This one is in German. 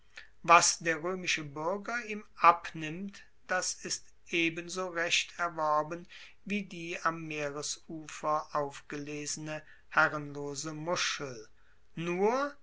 was der roemische buerger ihm abnimmt das ist ebenso recht erworben wie die am meeresufer aufgelesene herrenlose muschel nur